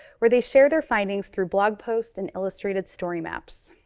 where they share their findings through blog posts and illustrated story maps.